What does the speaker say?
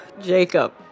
Jacob